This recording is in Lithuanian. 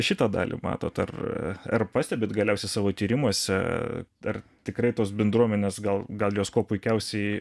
šitą dalį matot ar ar pastebit galiausiai savo tyrimuose ar tikrai tos bendruomenės gal gal jos kuo puikiausiai